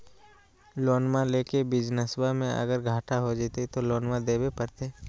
लोनमा लेके बिजनसबा मे अगर घाटा हो जयते तो लोनमा देवे परते?